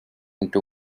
into